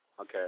Okay